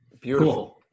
Beautiful